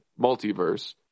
multiverse